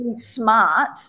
smart